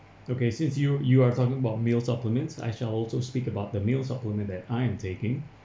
okay since you you are talking about meals supplements I shall also speak about the meals supplement that I am taking